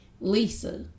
Lisa